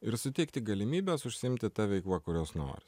ir suteikti galimybes užsiimti ta veikla kurios nori